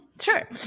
sure